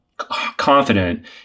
confident